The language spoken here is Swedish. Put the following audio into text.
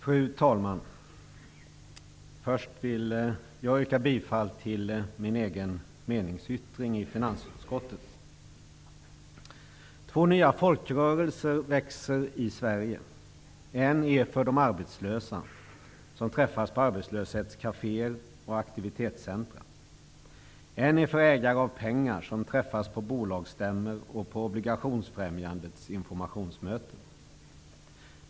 Fru talman! Först vill jag yrka bifall till min egen meningsyttring till finansutskottets betänkande. Två nya folkrörelser växer fram i Sverige. En är för de arbetslösa som träffas på arbetslöshetskaféer och aktivitetscentra. En är för ägare av pengar som träffas på bolagsstämmor och Obligationsfrämjandets informationsmöten.